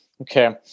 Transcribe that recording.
okay